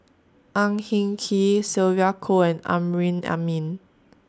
Ang Hin Kee Sylvia Kho and Amrin Amin